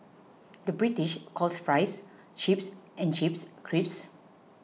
the British calls Fries Chips and Chips Crisps